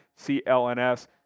CLNS